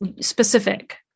specific